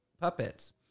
puppets